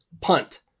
Punt